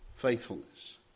faithfulness